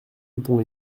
dupont